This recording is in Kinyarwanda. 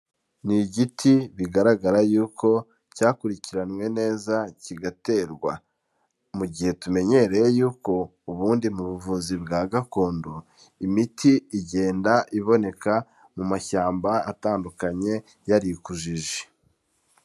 Ni igiti bigaragara yuko cyakurikiranwe neza kigaterwa. Mu gihe tumenyereye yuko ubundi mu buvuzi bwa gakondo, imiti igenda iboneka mu mashyamba atandukanye yarikujije.